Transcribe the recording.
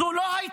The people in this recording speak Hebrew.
זו לא הייתה